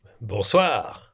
Bonsoir